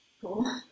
cool